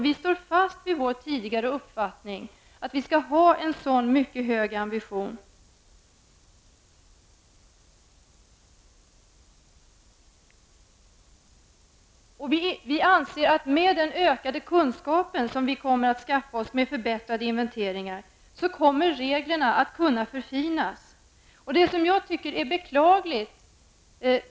Vi står fast vid vår tidigare uppfattning att en sådan mycket hög ambition skall upprätthållas. Vi anser att med den ökade kunskap som vi kommer att skaffa oss genom förbättrade inventeringar kommer reglerna att kunna förfinas.